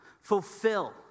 Fulfill